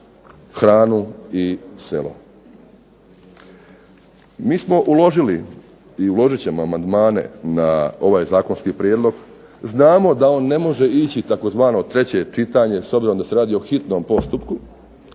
hranu i selo. Mi smo uložili i uložit ćemo amandmane na ovaj zakonski prijedlog, znamo da on ne može ići tzv. treće čitanje s obzirom da se radi o hitnom postupku,